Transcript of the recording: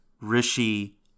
Rishi